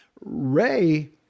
Ray